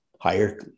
higher